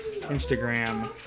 Instagram